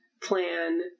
plan